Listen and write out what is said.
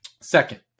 Second